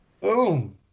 Boom